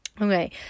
Okay